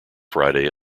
friday